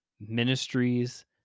ministries